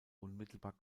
unmittelbar